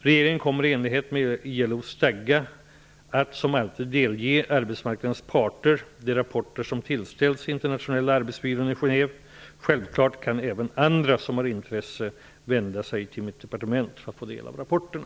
Regeringen kommer i enlighet med ILO:s stadga att som alltid delge arbetsmarknadens parter de rapporter som tillställs Internationella arbetsbyrån i Genève. Självfallet kan även andra som har intresse vända sig till mitt departement för att få del av rapporterna.